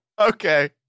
Okay